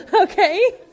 Okay